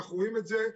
אנחנו רואים את זה.